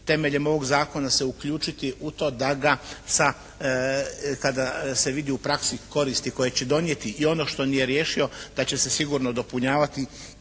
temeljem ovog zakona se uključiti u to da ga kada se vidi u praksi koristi koje će donijeti i ono što nije riješio, kada će se sigurno dopunjavati